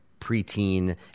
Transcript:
preteen